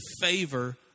favor